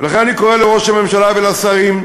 ולכן אני קורא לראש הממשלה והשרים,